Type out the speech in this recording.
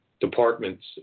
departments